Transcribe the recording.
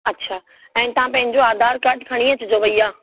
अच्छा ऐं तव्हां पंहिंजो आधार काड खणी अचजो भैया